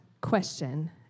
question